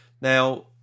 Now